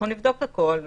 נבדוק הכול,